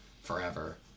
forever